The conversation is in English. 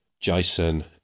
jason